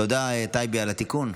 תודה, טייבי, על התיקון.